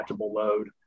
load